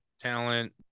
talent